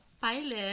pilot